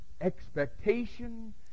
expectation